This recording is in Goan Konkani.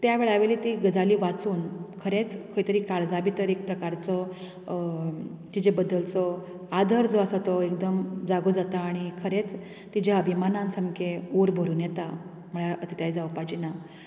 त्या वेळावयली ती गजाली वाचून खरेंच खंय तरी काळजा भितर एक प्रकारचो तेचे बद्दलचो आदर जो आसा तो एकदम जागो जाता आनी खरेंच तिच्या अभिमानान सामकें उर भरून येता म्हळ्यार अतिताय जावपाची ना